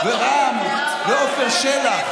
ורם ועפר שלח.